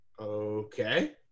Okay